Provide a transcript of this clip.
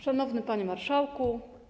Szanowny Panie Marszałku!